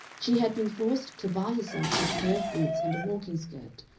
she had been forced to buy herself that pair of boots and a walking-skirt,